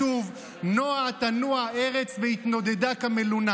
אני הייתי כאן.